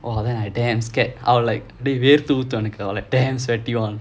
!wah! then I damn scared I'll like எனக்கு வேர்த்து ஊத்தும்:ennakku verthu oothum like damn sweaty [one]